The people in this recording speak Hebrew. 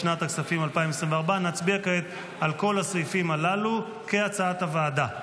לשנת הכספים 2024. נצביע כעת על כל הסעיפים הללו כהצעת הוועדה.